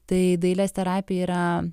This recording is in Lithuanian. tai dailės terapija yra